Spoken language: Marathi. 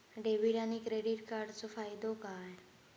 डेबिट आणि क्रेडिट कार्डचो फायदो काय?